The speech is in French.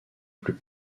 plus